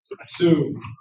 Assume